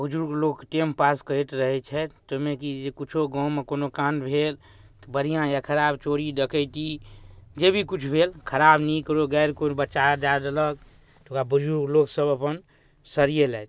बुजुर्ग लोक टाइमपास करैत रहै छथि ताहिमेकि किछु गाममे कोनो काण्ड भेल बढ़िआँ या खराब चोरी डकैती जेभी किछु भेल खराब नीक लोक गारि उरि बच्चा दै देलक तऽ ओकरा बुजुर्ग लोकसभ अपन सरिएलथि